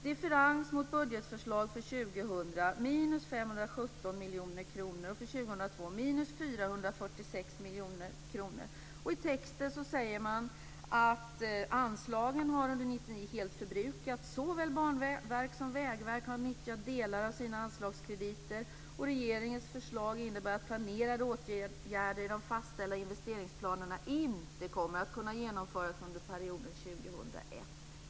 Differens mot budgetförslag för 2000 är minus 517 miljoner kronor och för 2002 I texten säger man att anslagen under 1999 helt har förbrukats. Såväl banverk som vägverk har nyttjat delar av sina anslagskrediter, och regeringens förslag innebär att planerade åtgärder i de fastställda investeringsplanerna inte kommer att kunna genomföras under perioden 2001.